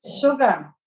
Sugar